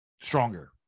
stronger